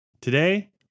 Today